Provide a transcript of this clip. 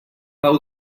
pau